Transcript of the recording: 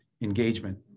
engagement